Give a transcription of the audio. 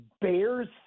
Bears